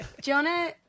Jonah